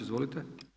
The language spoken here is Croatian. Izvolite.